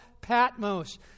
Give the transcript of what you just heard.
Patmos